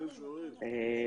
חיילים משוחררים.